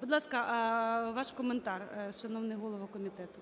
Будь ласка, ваш коментар, шановний голово комітету.